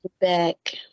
Back